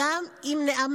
אחדות שניתן